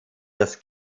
das